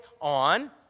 on